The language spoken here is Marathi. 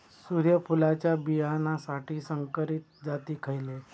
सूर्यफुलाच्या बियानासाठी संकरित जाती खयले?